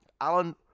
Alan